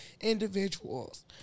individuals